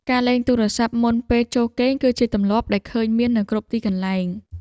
ការលេងទូរស័ព្ទមុនពេលចូលគេង គឺជាទម្លាប់ដែលឃើញមាននៅគ្រប់ទីកន្លែង។